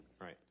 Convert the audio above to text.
Right